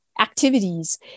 activities